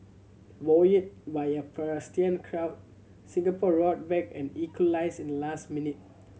buoyed by a partisan crowd Singapore roared back and equalized in the last minute